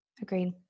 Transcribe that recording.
Agreed